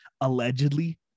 allegedly